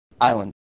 Island